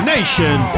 Nation